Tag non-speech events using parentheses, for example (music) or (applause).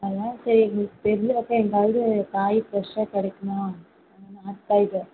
அதான் சரி தெரிஞ்ச (unintelligible) எங்காவது காய் ஃப்ரெஷாக கிடைக்குமா (unintelligible)